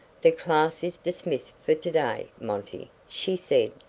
the class is dismissed for to-day, monty, she said,